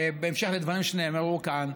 בהמשך לדברים שנאמרו כאן,